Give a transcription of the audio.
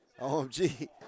OMG